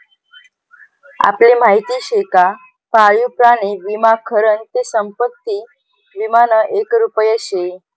आपले माहिती शे का पाळीव प्राणी विमा खरं ते संपत्ती विमानं एक रुप शे